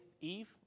Eve